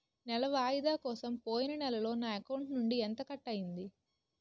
నెల వాయిదా కోసం పోయిన నెలలో నా అకౌంట్ నుండి ఎంత కట్ అయ్యింది?